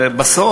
ובסוף,